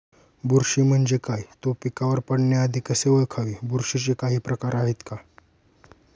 बुरशी म्हणजे काय? तो पिकावर पडण्याआधी कसे ओळखावे? बुरशीचे काही प्रकार आहेत का?